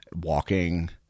Walking